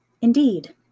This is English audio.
Indeed